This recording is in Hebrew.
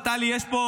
--- לא, טלי ,יש פה,